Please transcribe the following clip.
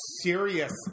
serious